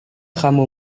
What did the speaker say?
kamu